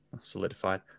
Solidified